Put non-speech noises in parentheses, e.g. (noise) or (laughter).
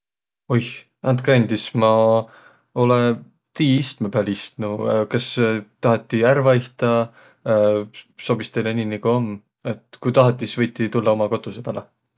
Oih, andkõq andis! Ma olõ tiiq istmõ pääl istnuq. (hesitation) Kas tahati ärq vaihtaq? (hesitation) Sobis teile nii, nigu om? Et ku tahati, sis võiti tullaq uma kotusõ pääle.